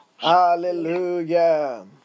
Hallelujah